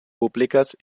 públiques